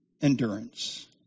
endurance